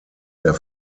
der